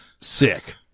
sick